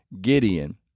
Gideon